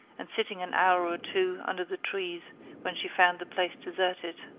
and sitting an hour or two under the trees when she found the place deserted.